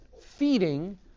feeding